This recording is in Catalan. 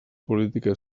política